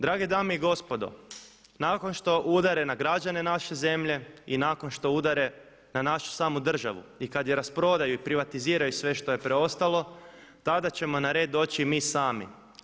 Drage dame i gospodo, nakon što udare na građane naše zemlje i nakon što udare na našu samu državu i kad je rasprodaju i privatiziraju sve što je preostalo tada ćemo na red doći i mi sami.